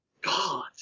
god